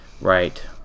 right